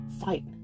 fight